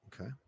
Okay